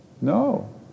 No